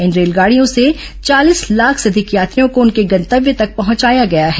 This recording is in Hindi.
इन रेलगाडियों से चालीस लाख से अधिक यात्रियों को उनके गंतव्य पर पहंचाया गया है